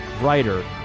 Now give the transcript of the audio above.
writer